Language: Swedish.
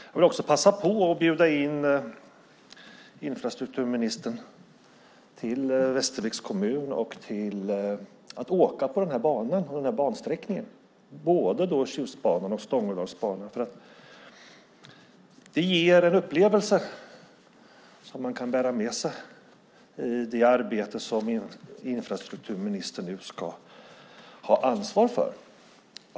Jag vill också passa på att bjuda in infrastrukturministern till Västerviks kommun och till att åka på den här banan och bansträckningen - både Tjustbanan och Stångådalsbanan. Det ger en upplevelse som man kan bära med sig i det arbete som infrastrukturministern nu ska ha ansvar för.